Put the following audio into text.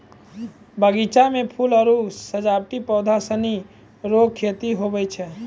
बगीचा मे फूल आरु सजावटी पौधा सनी रो खेती हुवै छै